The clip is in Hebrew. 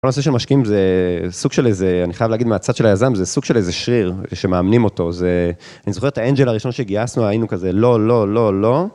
כל הנושא של משקיעים זה סוג של איזה, אני חייב להגיד מהצד של היזם, זה סוג של איזה שריר שמאמנים אותו, זה... אני זוכר את האנג'ל הראשון שגייסנו, היינו כזה לא, לא, לא, לא...